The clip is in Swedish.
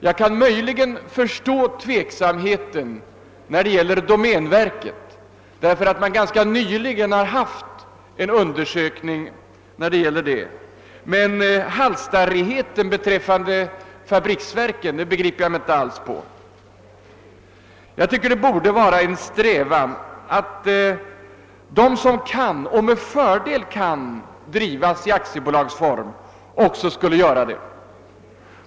Jag kan möjligen förstå tveksamheten när det gäller domänverket, eftersom det nyligen har företagits en undersökning där, men halsstarrigheten beträffande fabriksverken förstår jag inte alls. Jag tycker vi borde sträva efter att de institutioner som med fördel kan drivas i aktiebolagsform också drivs i aktiebolagsform.